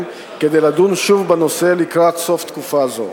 כדי לדון שוב בנושא לקראת סוף תקופה זו.